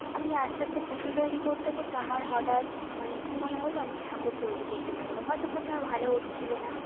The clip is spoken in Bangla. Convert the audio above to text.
আমি আস্তে আস্তে পুতুল তৈরি করতে করতে আমার হঠাৎ মানে কী মনে হল আমি ঠাকুর তৈরি করতে লাগলাম হয়তো প্রথমে ভালো হচ্ছিলো না